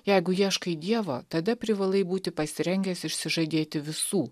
jeigu ieškai dievo tada privalai būti pasirengęs išsižadėti visų